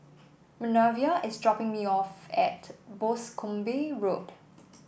Minervia is dropping me off at Boscombe Road